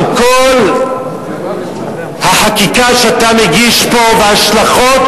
עם כל החקיקה שאתה מגיש פה וההשלכות